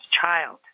child